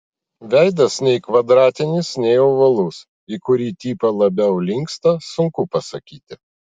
veidas nei kvadratinis nei ovalus į kurį tipą labiau linksta sunku pasakyti